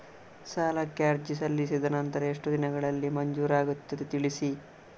ಸಾಲಕ್ಕೆ ಅರ್ಜಿ ಸಲ್ಲಿಸಿದ ನಂತರ ಎಷ್ಟು ದಿನಗಳಲ್ಲಿ ಮಂಜೂರಾಗುತ್ತದೆ ತಿಳಿಸಿ?